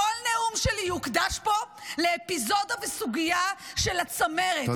כל נאום שלי יוקדש פה לאפיזודה וסוגיה של הצמרת,